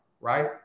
Right